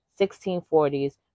1640s